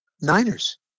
Niners